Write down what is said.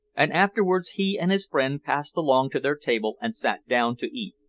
and afterwards he and his friend passed along to their table and sat down to eat.